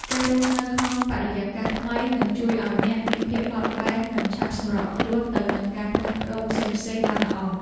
ការរស់នៅក្នុងបរិយាកាសថ្មីនឹងជួយឱ្យអ្នកមានភាពបត់បែននិងឆាប់សម្របខ្លួនទៅនឹងការផ្លាស់ប្តូរផ្សេងៗបានល្អ។